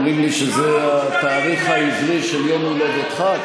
אומרים לי שזה התאריך העברי של יום הולדתך.